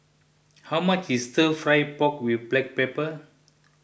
how much is Stir Fry Pork with Black Pepper